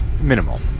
minimal